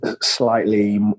slightly